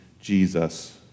Jesus